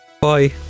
Bye